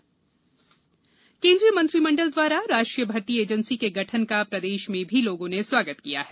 NIA प्रतिकिया केन्द्रीय मंत्रिमण्डल द्वारा राष्ट्रीय भर्ती एजेन्सी के गठन का प्रदेश में भी लोगों ने स्वागत किया है